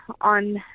on